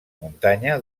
muntanya